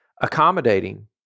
accommodating